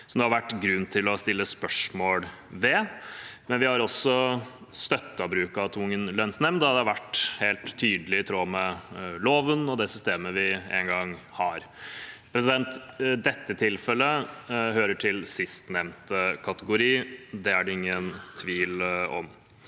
det har vært grunn til å stille spørsmål ved. Men vi har også støttet bruk av tvungen lønnsnemnd når det har vært helt tydelig i tråd med loven og det systemet vi nå engang har. Dette tilfellet hører til sistnevnte kategori. Det er det ingen tvil om.